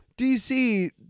DC